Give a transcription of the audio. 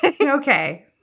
okay